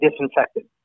disinfectant